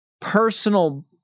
personal